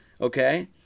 Okay